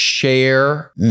share